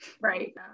Right